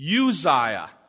Uzziah